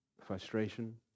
frustration